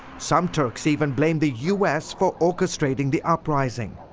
some turks even blamed the u s. for orchestrating the uprising.